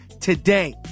today